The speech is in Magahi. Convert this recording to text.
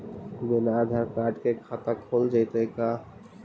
बिना आधार कार्ड के खाता खुल जइतै का?